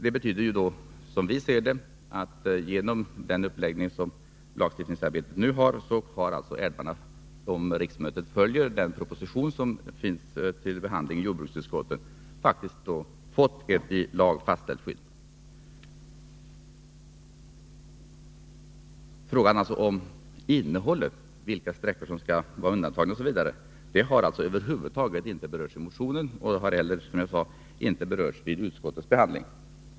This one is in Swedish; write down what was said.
Det bétyder, som vi ser det, att älvarna, genom den uppläggning som lagstiftningsarbetet nu har och om riksdagen följer den proposition som nu är under behandling i jordbruksutskottet, faktiskt får ett i lag fastställt skydd. Frågan om riktlinjernas innehåll, vilka sträckor som skall undantas osv., har över huvud taget inte berörts i motionen eller, som jag sagt, vid utskottets behandling.